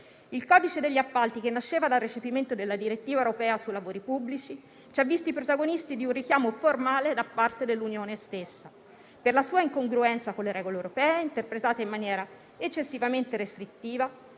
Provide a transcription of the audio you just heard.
Il codice degli appalti, che nasceva dal recepimento della direttiva europea sui lavori pubblici, ci ha visti protagonisti di un richiamo formale da parte dell'Unione stessa per la sua incongruenza con le regole europee, interpretate in maniera eccessivamente restrittiva,